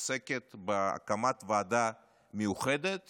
עוסקת בהקמת ועדה מיוחדת